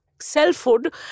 selfhood